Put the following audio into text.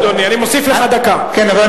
אדוני, אני מבקש לתקן, הם